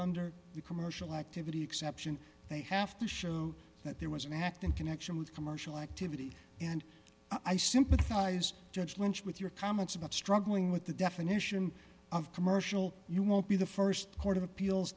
under the commercial activity exception they have to show that there was an act in connection with commercial activity and i sympathize judge lynch with your comments about struggling with the definition of commercial you won't be the st court of appeals